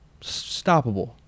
Stoppable